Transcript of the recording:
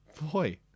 boy